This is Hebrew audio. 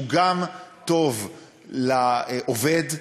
הוא גם טוב לעובד,